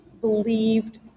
believed